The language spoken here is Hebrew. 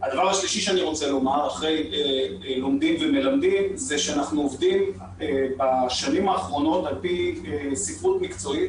הדבר השלישי הוא שאנחנו עובדים בשנים האחרונות על פי ספרות מקצועית,